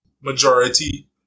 majority